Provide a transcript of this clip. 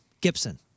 Gibson